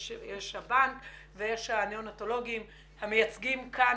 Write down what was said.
יש שב"ן ויש ניאונטולוגים המייצגים אן